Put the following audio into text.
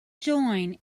join